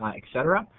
like etc.